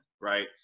Right